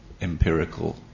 empirical